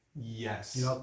Yes